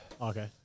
Okay